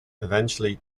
eventually